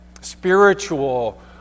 spiritual